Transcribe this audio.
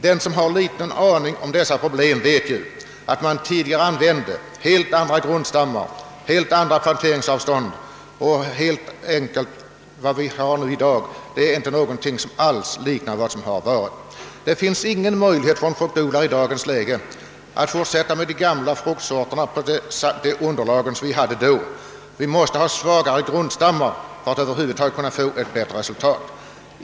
Alla som har någon aning om fruktodlingens problem vet att man tidigare använde helt andra grundstammar och planteringsavstånd än nu. — Förhållandena i dag liknar inte alls det som tidigare har varit. En fruktodlare i dag kan inte fortsätta med de gamla fruktsorterna och det underlag som tidigare funnits, utan han måste skaffa träd med svagare grundstammar, om han vill nå bättre resultat.